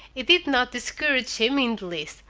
it did not discourage him in the least,